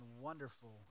wonderful